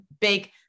big